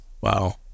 Wow